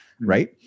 Right